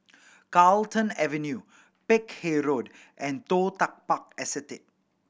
Carlton Avenue Peck Hay Road and Toh Tuck Park Estate